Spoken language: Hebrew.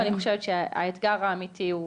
אני חושבת שהאתגר האמיתי,